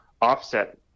offset